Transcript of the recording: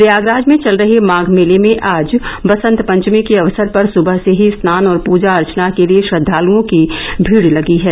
प्रयागराज में चल रहे माघ मेले में आज बसंत पंचमी के अवसर पर सुबह से ही स्नान और पूजा अर्चना के लिये श्रद्वाल्ओं की भीड़ लगी है